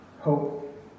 hope